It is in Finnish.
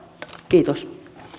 kiitos